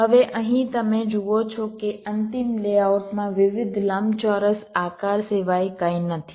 હવે અહીં તમે જુઓ છો કે અંતિમ લેઆઉટમાં વિવિધ લંબચોરસ આકાર સિવાય કંઈ નથી